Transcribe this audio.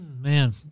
Man